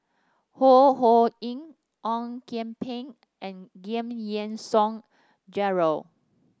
Ho Ho Ying Ong Kian Peng and Giam Yean Song Gerald